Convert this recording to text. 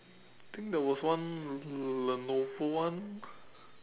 think there was one Lenovo one